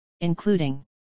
including